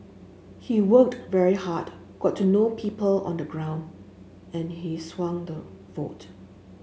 he worked very hard got to know people on the ground and he swung the vote